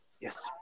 Yes